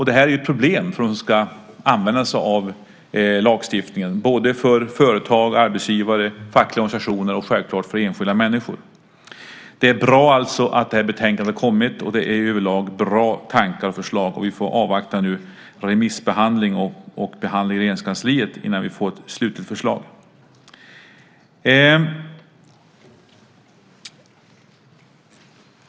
Det är ett problem för dem som ska använda sig av lagstiftningen, både för företag, arbetsgivare, fackliga organisationer och självklart för enskilda människor. Det är alltså bra att det här betänkandet har kommit, och det är över lag bra tankar och förslag. Vi får nu avvakta remissbehandling och behandling i Regeringskansliet innan vi får ett slutligt förslag.